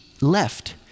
left